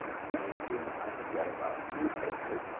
many of whom i had read about in the newspapers,